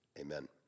amen